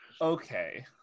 Okay